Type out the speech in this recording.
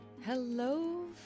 Hello